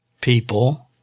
people